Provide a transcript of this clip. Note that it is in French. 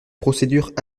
procédures